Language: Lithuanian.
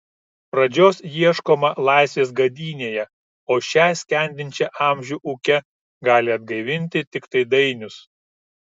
pradžios ieškoma laisvės gadynėje o šią skendinčią amžių ūke gali atgaivinti tiktai dainius